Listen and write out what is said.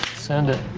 send it!